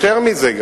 יותר מזה,